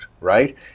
Right